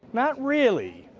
not really.